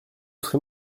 serais